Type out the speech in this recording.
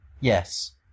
yes